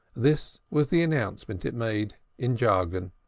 this was the announcement it made in jargon